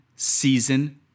Season